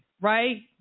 right